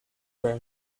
were